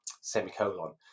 semicolon